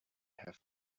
have